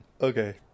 okay